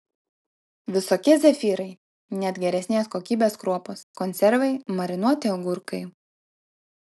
visokie zefyrai net geresnės kokybės kruopos konservai marinuoti agurkai